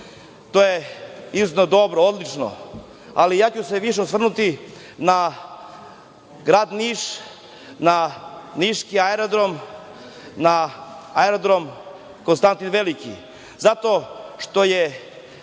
je izuzetno dobro, odlično, ali ću se više osvrnuti na grad Niš, na Niški aerodrom, na Aerodrom Konstantin Veliki, zato što je